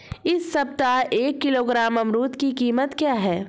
इस सप्ताह एक किलोग्राम अमरूद की कीमत क्या है?